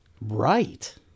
Right